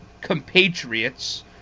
compatriots